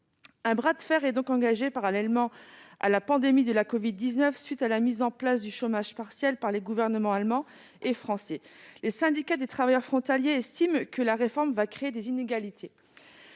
Un bras de fer est donc engagé parallèlement à la pandémie de covid-19, à la suite de la mise en place du chômage partiel par les gouvernements allemand et français. Les syndicats des travailleurs frontaliers estiment que la réforme va créer des inégalités